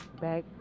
back